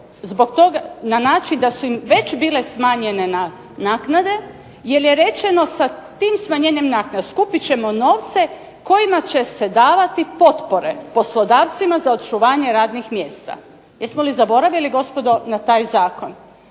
su već, na način da su im već bile smanjene naknade jer je rečeno sa tim smanjenjem naknade skupit ćemo novce kojima će se davati potpore poslodavcima za očuvanje radnih mjesta. Jesmo li zaboravili gospodo taj Zakon.